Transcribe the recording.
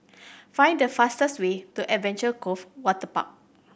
find the fastest way to Adventure Cove Waterpark